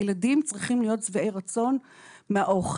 הילדים צריכים להיות שבעי רצון מהאוכל,